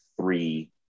three